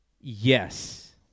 Yes